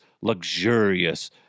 luxurious